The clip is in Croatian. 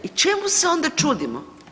I čemu se onda čudimo?